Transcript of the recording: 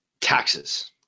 taxes